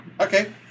Okay